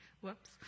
Whoops